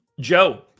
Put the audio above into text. Joe